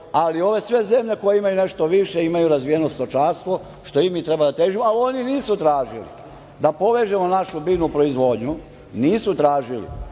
ali ove sve zemlje koji imaju nešto više imaju razvijeno stočarstvo, što i mi treba da težimo, ali oni nisu tražili. Da povežemo našu biljnu proizvodnju, nisu tražili.